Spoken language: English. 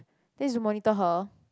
then it's to monitor her